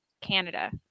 Canada